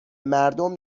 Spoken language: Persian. مردم